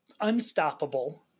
Unstoppable